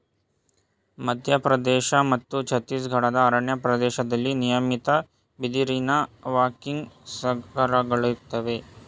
ಮಧ್ಯಪ್ರದೇಶ ಮತ್ತು ಛತ್ತೀಸ್ಗಢದ ಅರಣ್ಯ ಪ್ರದೇಶ್ದಲ್ಲಿ ನಿಯಮಿತ ಬಿದಿರಿನ ವರ್ಕಿಂಗ್ ಸರ್ಕಲ್ಗಳಯ್ತೆ